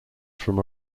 from